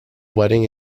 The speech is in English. wedding